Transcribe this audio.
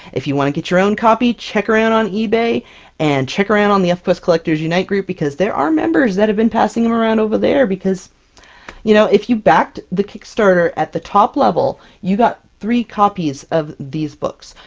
if you want to get your own copy check around on ebay and check around on the elfquest collectors unite group, because there are members that have been passing them around over there. because you know, if you backed the kickstarter at the top level, you got all three copies of these book.